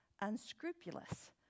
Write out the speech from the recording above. unscrupulous